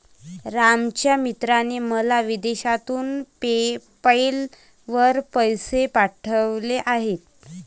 रामच्या मित्राने मला विदेशातून पेपैल वर पैसे पाठवले आहेत